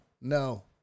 No